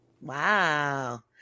Wow